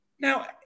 Now